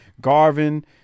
Garvin